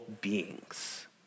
beings